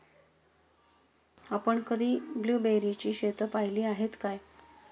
आपण कधी ब्लुबेरीची शेतं पाहीली आहेत काय?